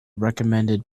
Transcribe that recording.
recommend